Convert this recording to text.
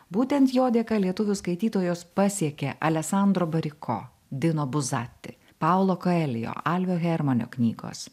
būtent jo dėka lietuvių skaitytojus pasiekė aleksandro bariko dino buzati paulo kaelijo alvio hermano knygos